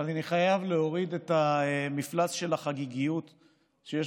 אבל אני חייב להוריד את מפלס החגיגיות שיש